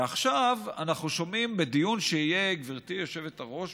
ועכשיו אנחנו שומעים בדיון, גברתי היושבת-ראש,